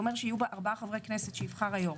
אמורה להיות מורכבת מ-4 חברי כנסת שיבחר היו"ר,